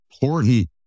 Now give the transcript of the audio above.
Important